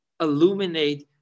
illuminate